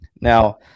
Now